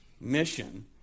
mission